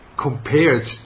compared